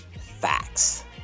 Facts